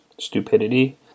stupidity